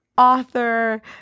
author